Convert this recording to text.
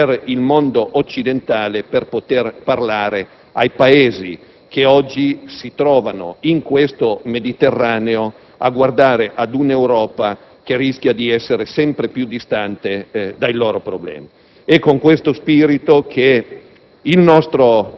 un'utile cerniera per l'intera Europa e per il mondo occidentale per poter parlare a quei Paesi che oggi nel Mediterraneo si trovano a guardare ad un'Europa che rischia di essere sempre più distante dai loro problemi.